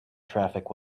traffic